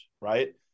right